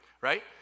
Right